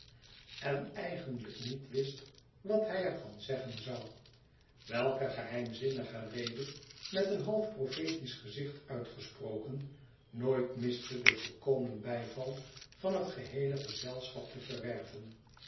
en eigenlijk niet wist wat hij er van zeggen zou welke geheimzinnige rede met een half profetisch gezicht uitgesproken nooit miste den volkomen bijval van het geheele gezelschap te verwerven